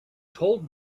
told